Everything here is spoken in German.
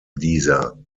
dieser